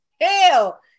hell